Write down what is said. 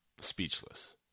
Speechless